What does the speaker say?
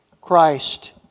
Christ